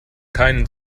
keinen